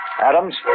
Adams